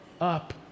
up